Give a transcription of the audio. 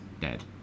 dead